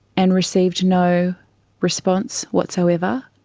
and received no response whatsoever.